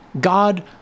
God